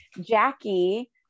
Jackie